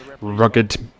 rugged